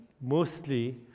mostly